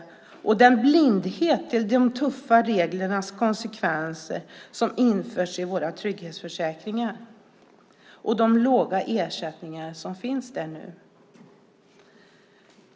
Det finns en blindhet för konsekvenserna av de tuffa regler som har införts i våra trygghetsförsäkringar och de låga ersättningar som finns där nu.